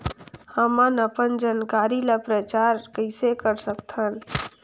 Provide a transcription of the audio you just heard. हमन अपन जानकारी ल प्रचार कइसे कर सकथन?